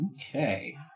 Okay